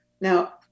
Now